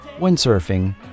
windsurfing